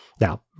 Now